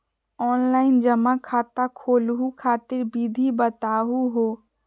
Online जमा खाता खोलहु खातिर विधि बताहु हो?